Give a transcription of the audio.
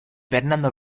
bernardo